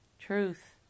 truth